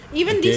okay